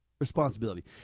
Responsibility